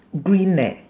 green eh